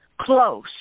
close